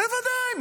בוודאי,